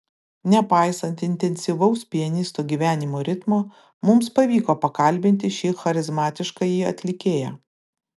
nepaisant intensyvaus pianisto gyvenimo ritmo mums pavyko pakalbinti šį charizmatiškąjį atlikėją